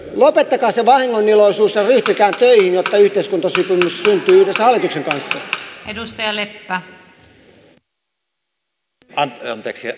lopettakaa se vahingoniloisuus ja ryhtykää töihin jotta yhteiskuntasopimus syntyy yhdessä hallituksen kanssa